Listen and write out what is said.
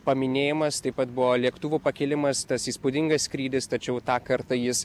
paminėjimas taip pat buvo lėktuvų pakilimas tas įspūdingas skrydis tačiau tą kartą jis